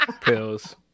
Pills